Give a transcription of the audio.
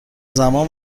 زمان